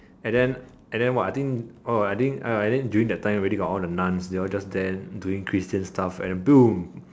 and then and then what I think oh I think I think during that time already got all the nuns they all just there doing christian stuff and then boom